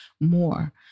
more